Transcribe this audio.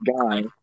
guy